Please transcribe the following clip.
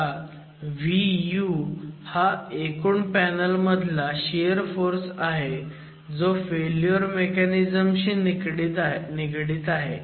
आता Vu हा एकूण पॅनल मधला शियर फोर्स आहे जो फेल्युअर मेकॅनिझम शी निगडित आहे